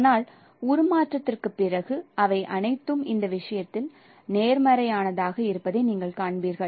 ஆனால் உருமாற்றத்திற்குப் பிறகு அவை அனைத்தும் இந்த விஷயத்தில் நேர்மறையானதாக இருப்பதை நீங்கள் காண்பீர்கள்